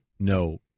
no